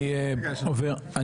אני עובר להצבעה.